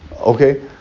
Okay